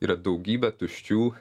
yra daugybė tuščių